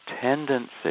tendency